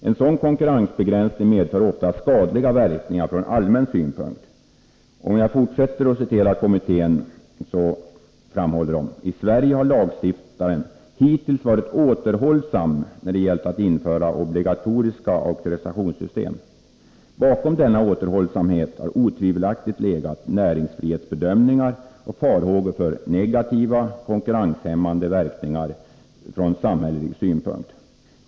En sådan konkurrensbegränsning medför ofta skadliga verkningar från allmän synpunkt.” Kommittén säger vidare: ”I Sverige har lagstiftaren hittills varit återhållsam när det gällt att införa obligatoriska auktorisationssystem. Bakom denna återhållsamhet har otvivelaktigt legat näringsfrihetsbedömningar och farhågor för negativa, konkurrenshämmande verkningar från samhällelig synpunkt.